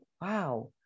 wow